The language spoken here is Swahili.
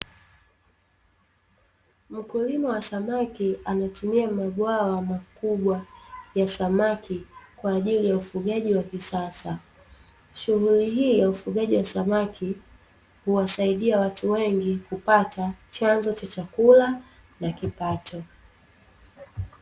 Mkulima wa samaki anatumia mabwawa makubwa ya samaki kwa ajili ya ufugaji wa kisasa, shughuli hii ya ufugaji wa samaki huwasaidia watu wengi kupata chanzo cha chakula na kipato .